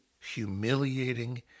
humiliating